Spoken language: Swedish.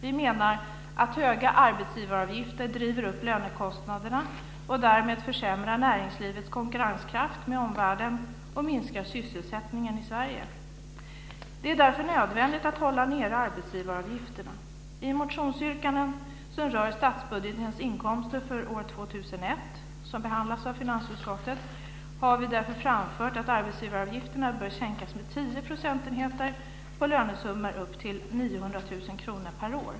Vi menar att höga arbetsgivaravgifter driver upp lönekostnaderna och därmed försämrar näringslivets konkurrenskraft gentemot omvärlden och minskar sysselsättningen i Sverige. Det är därför nödvändigt att hålla nere arbetsgivaravgifterna. I motionsyrkanden som rör statsbudgetens inkomster för år 2001, som behandlas av finansutskottet, har vi därför framfört att arbetsgivaravgifterna bör sänkas med 10 procentenheter på lönesummor upp till 900 000 kr per år.